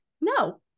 No